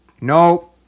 no